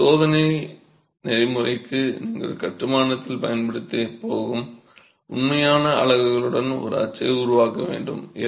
எனவே சோதனை நெறிமுறைக்கு நீங்கள் சுவர் கட்டுமானத்தில் பயன்படுத்தப் போகும் உண்மையான அலகுகளுடன் ஒரு அச்சை உருவாக்க வேண்டும்